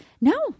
no